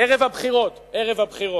ערב הבחירות: